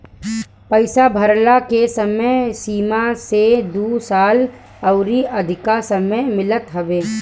पईसा भरला के समय सीमा से दू साल अउरी अधिका समय मिलत हवे